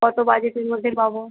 কতো বাজেটের মধ্যে পাবো